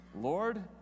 Lord